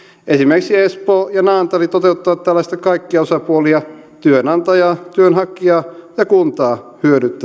esimerkiksi espoo ja naantali toteuttavat tällaista kaikkia osapuolia työnantajaa työnhakijaa ja kuntaa